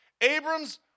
Abram's